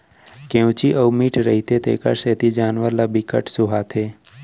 केंवची अउ मीठ रहिथे तेखर सेती जानवर ल बिकट सुहाथे